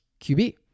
QB